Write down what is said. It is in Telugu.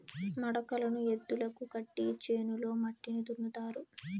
మడకలను ఎద్దులకు కట్టి చేనులో మట్టిని దున్నుతారు